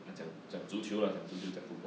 讲讲足球讲足球讲 football